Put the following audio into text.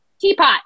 Teapot